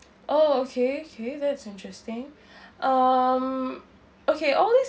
oh okay okay that's interesting um okay all these